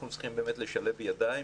אנחנו צריכים לשלב ידיים,